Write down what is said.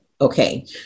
Okay